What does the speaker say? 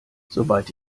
soweit